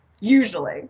Usually